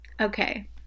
Okay